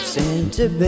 Santa